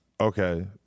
okay